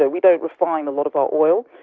ah we don't refine a lot of our oil,